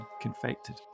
confected